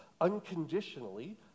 unconditionally